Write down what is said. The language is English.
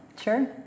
sure